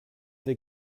they